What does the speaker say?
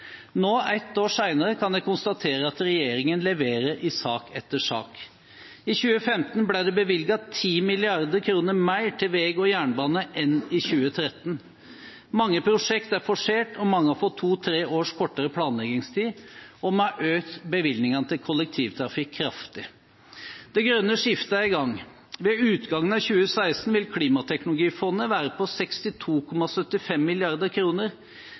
Nå, ett år senere, kan jeg konstatere at regjeringen leverer i sak etter sak. I 2015 ble det bevilget 10 mrd. kr mer til vei og jernbane enn i 2013. Mange prosjekter er forsert, mange har fått to–tre års kortere planleggingstid, og vi har økt bevilgningene til kollektivtrafikk kraftig. Det grønne skiftet er i gang. Ved utgangen av 2016 vil Klimateknologifondet være på 62,75